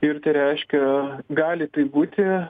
ir tai reiškia gali taip būti